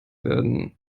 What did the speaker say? werden